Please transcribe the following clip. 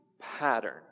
pattern